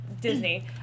Disney